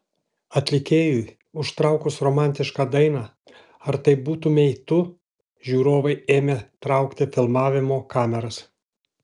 atlikėjui užtraukus romantišką dainą ar tai būtumei tu žiūrovai ėmė traukti filmavimo kameras